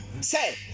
Say